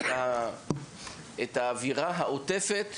את האווירה העוטפת,